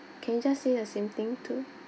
can you just say the same thing too